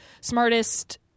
smartest